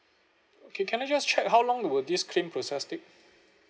okay can I just check how long will this claim process take